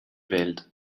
welt